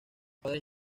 padres